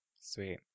Sweet